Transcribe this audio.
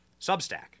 Substack